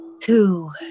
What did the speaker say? Two